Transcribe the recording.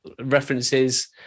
references